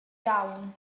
iawn